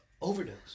Overdose